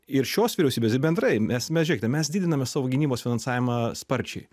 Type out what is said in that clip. ir šios vyriausybės ir bendrai nes mes žiūrėkite mes didiname savo gynybos finansavimą sparčiai